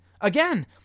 Again